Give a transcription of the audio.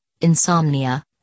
insomnia